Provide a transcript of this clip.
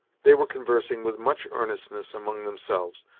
they were conversing, with much earnestness among themselves,